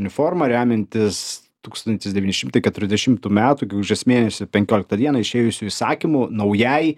uniforma remiantis tūkstantis devyni šimtai keturiasdešimtų metų gegužės mėnesio penkioliktą dieną išėjusiu įsakymu naujai